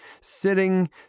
sitting